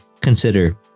consider